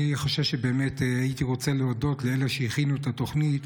הייתי רוצה להודות לאלה שהכינו את התוכנית,